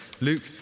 Luke